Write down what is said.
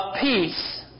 peace